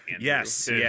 Yes